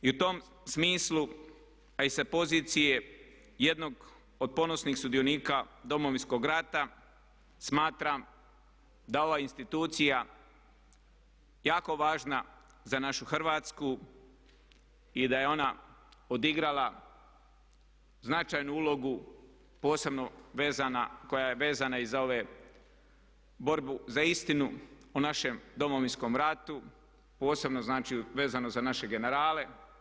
I u tom smislu, a i sa pozicije jednog od ponosnih sudionika Domovinskog rata, smatram da ova institucija je jako važna za našu Hrvatsku i da je ona odigrala značajnu ulogu posebno koja je vezana i za ovu borbu za istinu o našem Domovinskom ratu, posebno znači vezano za naše generale.